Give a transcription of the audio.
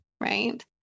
right